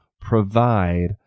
provide